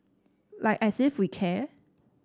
like as if we care